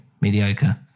mediocre